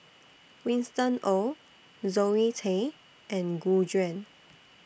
Winston Oh Zoe Tay and Gu Juan